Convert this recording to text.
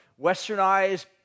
westernized